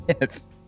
Yes